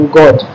god